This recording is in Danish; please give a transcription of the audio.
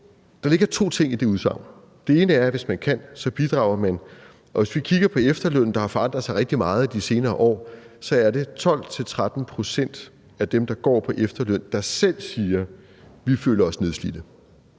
Der ligger to ting i det udsagn. Den ene er, at hvis man kan, bidrager man. Og hvis vi kigger på efterlønnen, der har forandret sig rigtig meget de senere år, er det 12-13 pct. af dem, der går på efterløn, der selv siger: Vi føler os nedslidte.